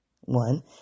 One